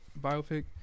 biopic